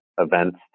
events